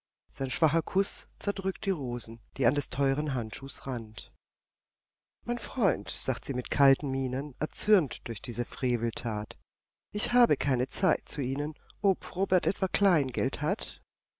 sein schwacher kuß zerdrückt die rosen die an des teuren handschuh's rand mein freund sagt sie mit kalten mienen erzürnt durch diese freveltat ich habe keine zeit zu ihnen ob robert etwa kleingeld hat